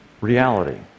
reality